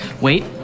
Wait